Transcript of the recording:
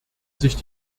sich